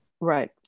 Right